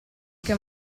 che